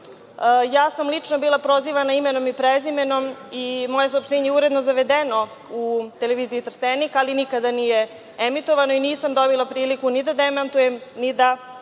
sam bila prozivana imenom i prezimenom i moje saopštenje je uredno zavedeno u Televiziji Trstenik, ali nikada nije emitovano i nisam dobila priliku ni da demantujem, ni da